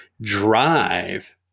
drive